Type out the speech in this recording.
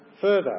further